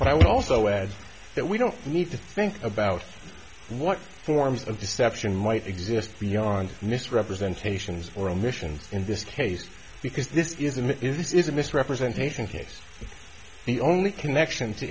but i would also add that we don't need to think about what forms of deception might exist beyond misrepresentations or omissions in this case because this is them is this is a misrepresentation case the only connection to